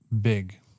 big